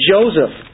Joseph